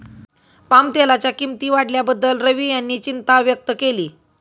पामतेलाच्या किंमती वाढल्याबद्दल रवी यांनी चिंता व्यक्त केली